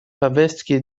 повестке